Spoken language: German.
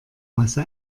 masse